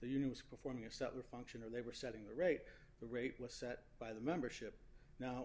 the unit was performing a settler function or they were setting the rate the rate was set by the membership now